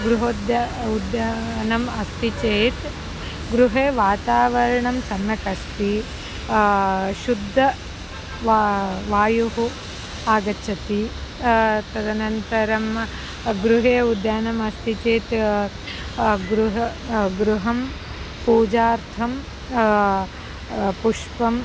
गृहोद्यानम् उद्यानम् अस्ति चेत् गृहे वातावरणं सम्यक् अस्ति शुद्धः वा वायुः आगच्छति तदनन्तरं गृहे उद्यानम् अस्ति चेत् गृहे गृहे पूजार्थं पुष्पं